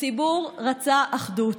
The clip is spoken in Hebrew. הציבור רצה אחדות,